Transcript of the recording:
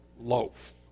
loaf